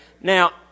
Now